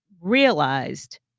realized